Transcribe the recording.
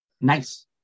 Nice